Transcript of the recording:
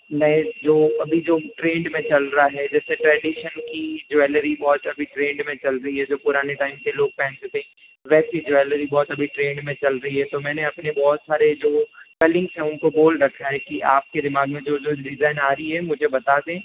नए जो अभी जो ट्रेंड में चल रहा है जैसे ट्रेडिशन की ज्वेलरी बहुत अभी ट्रेंड में चल रही है जो पुराने टाइम के लोग पहनते थे वैसी ज्वेलरी बहुत अभी ट्रेंड में चल रही है तो मैंने अपने बहुत सारे जो कलीग है उनको बोल रखा है की आपके दिमाग में जो जो डिज़ाइन आ रही ही है मुझे बता दें